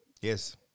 Yes